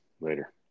Later